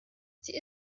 sie